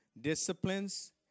disciplines